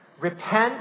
Repent